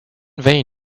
vain